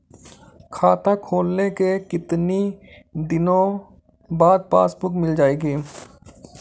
खाता खोलने के कितनी दिनो बाद पासबुक मिल जाएगी?